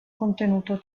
contenuto